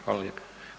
Hvala lijepo.